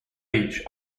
beach